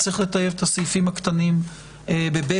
וצריך לטייב את הסעיפים הקטנים ב-ב'